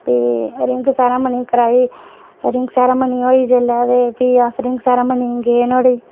भी ring ceremony कराई ring ceremony होई जेल्लै ते भी अस रिंग सेरेमनी च गे नुहाड़े